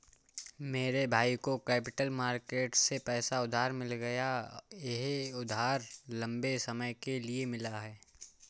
मेरे भाई को कैपिटल मार्केट से पैसा उधार मिल गया यह उधार लम्बे समय के लिए मिला है